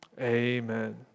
Amen